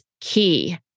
key